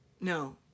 no